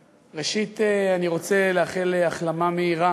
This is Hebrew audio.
ראשית, אני רוצה לאחל החלמה מהירה